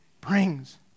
brings